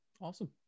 Awesome